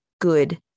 good